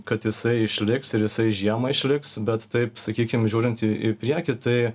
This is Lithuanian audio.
kad jisai išliks ir jisai žiemą išliks bet taip sakykim žiūrint į į priekį tai